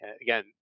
Again